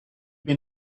been